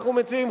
אנחנו מציעים,